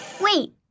Wait